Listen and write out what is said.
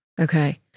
Okay